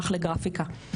הלך לגרפיקה.